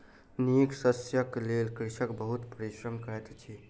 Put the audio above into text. नीक शस्यक लेल कृषक बहुत परिश्रम करैत अछि